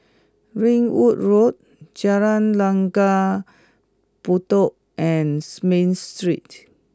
Ringwood Road Jalan Langgar Bedok and Smith Street